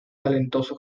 talentoso